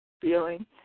feeling